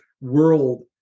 world